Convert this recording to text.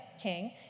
King